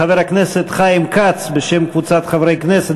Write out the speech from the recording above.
חבר הכנסת חיים כץ בשם קבוצת חברי כנסת